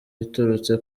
biturutse